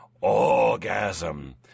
orgasm